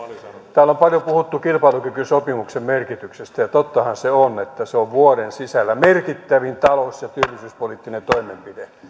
täällä on paljon puhuttu kilpailukykysopimuksen merkityksestä ja tottahan se on että se on vuoden sisällä merkittävin talous ja työllisyyspoliittinen toimenpide